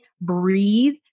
breathe